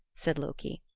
said loki.